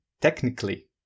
technically